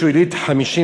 שהוא יליד 1951,